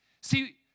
See